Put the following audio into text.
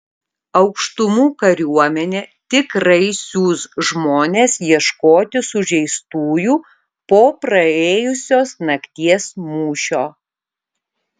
aukštumų kariuomenė tikrai siųs žmones ieškoti sužeistųjų po praėjusios nakties mūšio